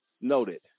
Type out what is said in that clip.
noted